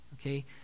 Okay